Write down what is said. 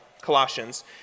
Colossians